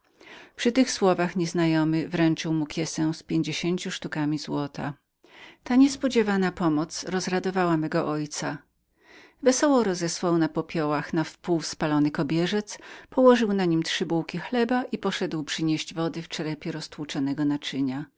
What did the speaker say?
przy tych słowach nieznajomy wręczył mu kiesę z pięćdziesięcią sztukami złota ta niespodziewana pomoc rozradowała mego ojca wesoło rozesłał na popiołach do pół spalony kobierzec położył na nim trzy bułki chleba i poszedł przynieść wody w czerepie roztłuczonego naczynia